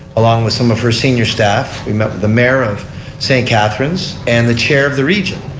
along with some of her senior staff. we met with the mayor of st. catharine's and the chair of the region.